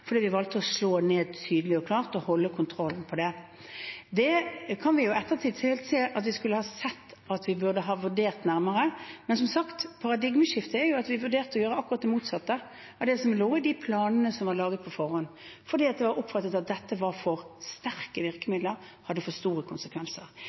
fordi vi valgte å slå ned smitten tydelig og klart og holde kontrollen. I ettertid kan vi si at vi skulle ha sett at vi burde ha vurdert nærmere, men som sagt er paradigmeskiftet at vi vurderte å gjøre akkurat det motsatte av det som lå i de planene som var laget på forhånd, fordi det ble oppfattet slik at dette var for sterke